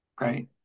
right